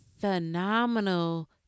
phenomenal